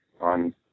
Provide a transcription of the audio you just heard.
on